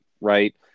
right